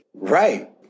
Right